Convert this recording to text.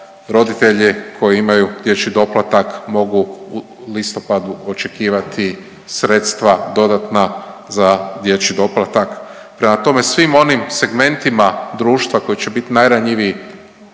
roditelje koji imaju dječji doplatak mogu u listopadu očekivati sredstva dodatna za dječji doplatak. Prema tome svim onim segmentima društva koje će biti najranjiviji